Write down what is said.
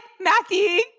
Matthew